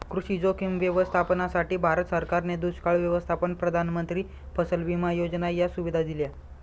कृषी जोखीम व्यवस्थापनासाठी, भारत सरकारने दुष्काळ व्यवस्थापन, प्रधानमंत्री फसल विमा योजना या सुविधा दिल्या